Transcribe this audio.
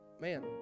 man